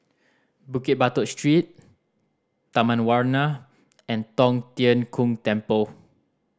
Bukit Batok Street Taman Warna and Tong Tien Kung Temple